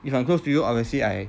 if I'm close to you obviously I